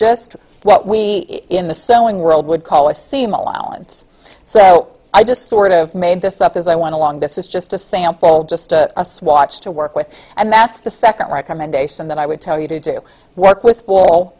just what we in the sewing world would call a seam allowance so i just sort of made this up as i want a long this is just a sample just a swatch to work with and that's the second recommendation that i would tell you to do work with